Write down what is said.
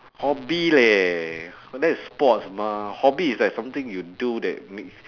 hobby leh that is sports mah hobby is like something you do that makes